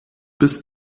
bis